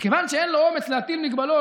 ומכיוון שאין לו אומץ להטיל מגבלות,